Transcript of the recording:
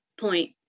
point